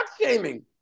shaming